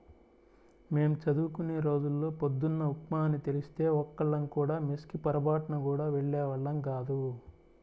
మేం చదువుకునే రోజుల్లో పొద్దున్న ఉప్మా అని తెలిస్తే ఒక్కళ్ళం కూడా మెస్ కి పొరబాటున గూడా వెళ్ళేవాళ్ళం గాదు